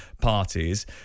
parties